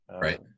Right